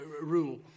rule